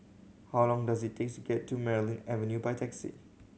how long does it takes get to Merryn Avenue by taxi